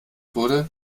wurde